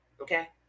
okay